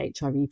HIV